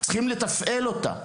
צריכים לתפעל אותה.